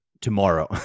tomorrow